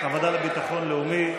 הוועדה לביטחון לאומי.